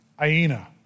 Aina